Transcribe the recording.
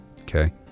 Okay